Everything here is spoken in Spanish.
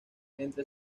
entre